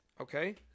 Okay